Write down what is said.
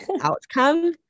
outcome